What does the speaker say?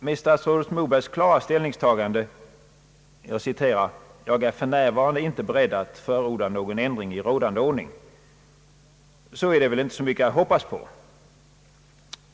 Med statsrådet Mobergs klara ställningstagande när han säger »jag är för närvarande inte beredd att förorda nå gon ändring i rådande ordning», så är det väl inte så mycket att hoppas på.